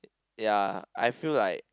ya I feel like